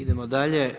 Idemo dalje.